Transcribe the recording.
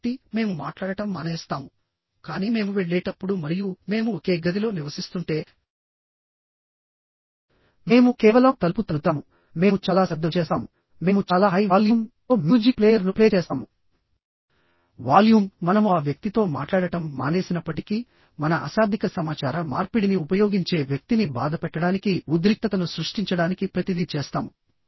కాబట్టి మేము మాట్లాడటం మానేస్తాము కానీ మేము వెళ్ళేటప్పుడు మరియు మేము ఒకే గదిలో నివసిస్తుంటే మేము కేవలం తలుపు తన్నుతాము మేము చాలా శబ్దం చేస్తాము మేము చాలా హై వాల్యూమ్ తో మ్యూజిక్ ప్లేయర్ను ప్లే చేస్తాము వాల్యూమ్ మనము ఆ వ్యక్తితో మాట్లాడటం మానేసినప్పటికీ మన అశాబ్దిక సమాచార మార్పిడిని ఉపయోగించే వ్యక్తిని బాధపెట్టడానికి ఉద్రిక్తతను సృష్టించడానికి ప్రతిదీ చేస్తాము